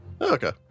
Okay